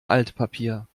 altpapier